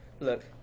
Look